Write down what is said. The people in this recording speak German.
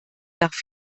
nach